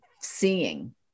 seeing